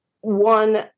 one